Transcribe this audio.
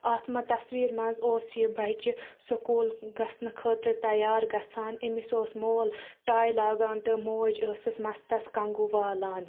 اَتھ مہٕ تصویٖر منٛز اوس یہِ بَچہِ سکوٗل گژھنہٕ خٲطٔر تَیار گژھان أمِس اوس مول ٹَے لگان تہٕ موج ٲسٕس مَستَس کنٛگوٗ والان